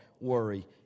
worry